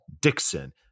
Dixon